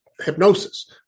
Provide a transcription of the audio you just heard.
hypnosis